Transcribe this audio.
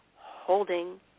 holding